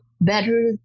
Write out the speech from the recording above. better